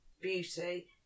beauty